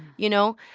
you know?